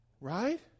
Right